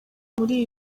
muri